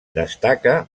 destaca